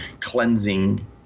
cleansing